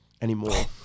anymore